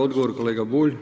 Odgovor kolega Bulj.